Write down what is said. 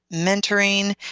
mentoring